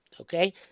okay